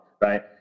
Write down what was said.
right